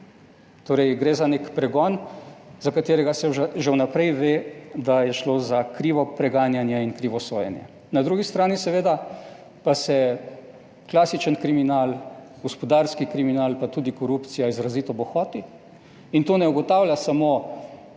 Torej gre za nek pregon, za katerega se že vnaprej ve, da je šlo za krivo preganjanje in krivo sojenje. Na drugi strani seveda pa se klasičen kriminal, gospodarski kriminal pa tudi korupcija izrazito bohoti in to ne ugotavlja samo